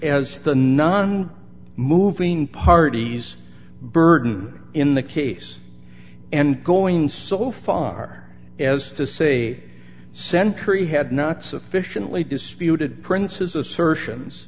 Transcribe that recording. as the non moving parties burton in the case and going so far as to say sentry had not sufficiently disputed prince's assertions